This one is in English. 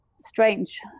strange